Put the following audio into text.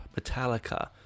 Metallica